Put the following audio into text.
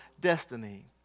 destiny